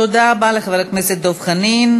תודה רבה לחבר הכנסת דב חנין.